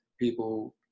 people